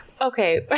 Okay